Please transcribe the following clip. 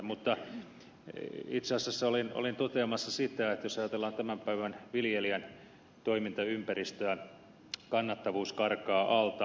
mutta itse asiassa olin toteamassa että jos ajatellaan tämän päivän viljelijän toimintaympäristöä kannattavuus karkaa alta